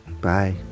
Bye